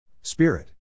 Spirit